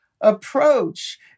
approach